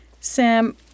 Sam